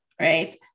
right